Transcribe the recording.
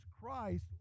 Christ